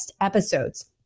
episodes